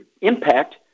impact